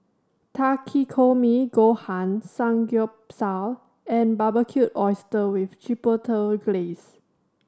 Takikomi Gohan Samgyeopsal and Barbecued Oyster with Chipotle Glaze